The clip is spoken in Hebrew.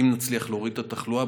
אם נצליח להוריד את התחלואה,